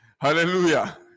Hallelujah